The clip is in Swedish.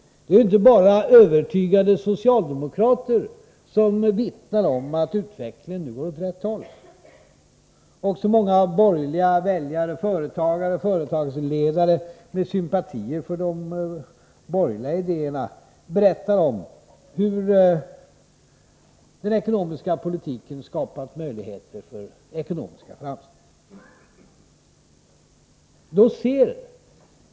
Det är inte bara övertygade socialdemokrater som vittnar om att utvecklingen nu går åt rätt håll. Också många borgerliga väljare och företagare eller företagsledare med sympatier för de borgerliga idéerna berättar om hur den ekonomiska politiken har skapat möjligheter för ekonomiska framsteg.